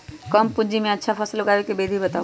कम पूंजी में अच्छा फसल उगाबे के विधि बताउ?